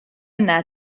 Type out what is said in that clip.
yna